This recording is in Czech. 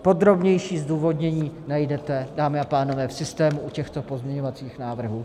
Podrobnější zdůvodnění najdete, dámy a pánové, v systému u těchto pozměňovacích návrhů.